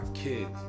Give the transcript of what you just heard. Kids